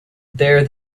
there